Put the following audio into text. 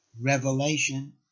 revelation